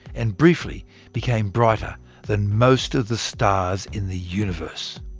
and briefly became brighter than most of the stars in the universe!